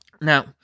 Now